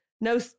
no